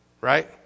Right